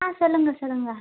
ஆ சொல்லுங்கள் சொல்லுங்கள்